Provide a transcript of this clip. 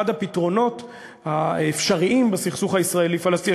הפתרונות האפשריים בסכסוך הישראלי פלסטיני.